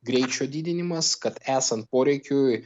greičio didinimas kad esant poreikiui